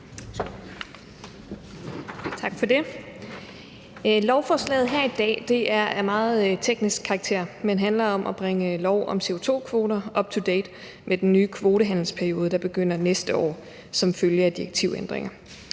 Tak for det. Lovforslaget her er af meget teknisk karakter, men handler om at bringe lov om CO2-kvoter up to date med den nye kvotehandelsperiode, der begynder næste år som følge af direktivændringer.